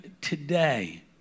today